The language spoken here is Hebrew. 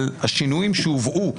על השינויים שהובאו,